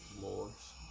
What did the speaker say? Lords